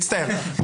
מצטער.